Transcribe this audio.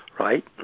Right